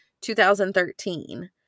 2013